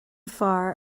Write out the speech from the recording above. fear